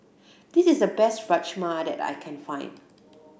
this is the best Rajma that I can find